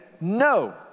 no